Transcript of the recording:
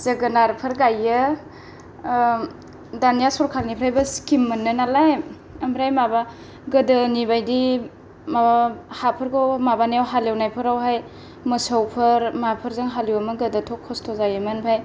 जोगोनारफोर गायो दानिया सरखारनिफ्रायबो स्किम मोनो नालाय आमफ्राय माबा गोदोनि बादि हाफोरखौ माबानायाव हालौनायफोराव हाय मोसौफोर माबाफोरजों हालौयोमोन गोदो थ' खस्थ'जायोमोन आमफराय